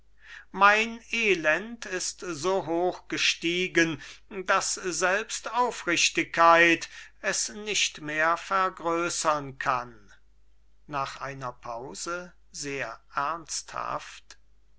mein elend ist so hoch gestiegen daß selbst aufrichtigkeit es nicht mehr vergrößern kann